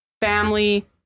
family